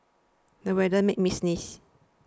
the weather made me sneeze